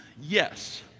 yes